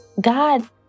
God